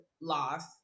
loss